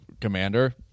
commander